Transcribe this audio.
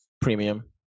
premium